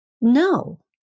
No